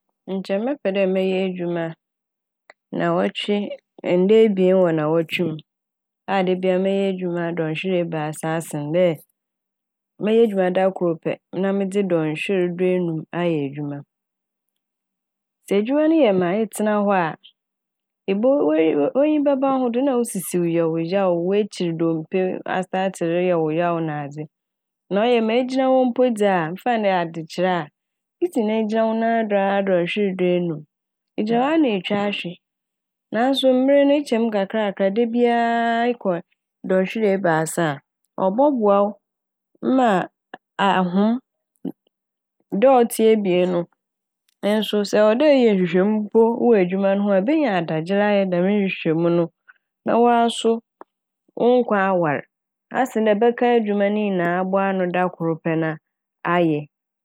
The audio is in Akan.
Nkyɛ mɛpɛ dɛ mɛyɛ edwuma naawɔtwe nda ebien wɔ naawɔtwe mu a dabia mɛyɛ edwuma dɔnhwer ebiasa asen dɛ mɛyɛ edwuma dakor pɛ na medze dɔnhwer duenum ayɛ edwuma. Sɛ edwuma no yɛ ma etsena hɔ a ibohu- w'enyiwa- w'enyi bɛba wo ho do na wo sisiw yɛ wo yaw, w'ekyir dompe astaate reyɛ wo yaw nadze. Na ɔyɛ ma igyina hɔ mpo dza me mfa n' dɛ adzekyerɛ a isi dɛn gyina wo nan do aa dɔnhwer duenum, igyinaa hɔ a na etwa ahwe. Naaso mber no ekyɛm nkankrankra a dabia aaa ekɔ dɔnhwer ebiasa a ɔbɔboa wo ma ahom. Da a otsia ebien no ɛso ɔwɔ dɛ ɛyɛ nhwehwɛmu mpo wɔ edwuma no ho a ebenya adagyer ayɛ dɛm nhwehwɛmu no na waa so wo nkwa awar asen dɛ ɛbɛka edwuma nyinaa aboa ano dakor na ayɛ.